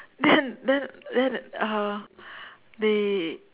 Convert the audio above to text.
then then then uh they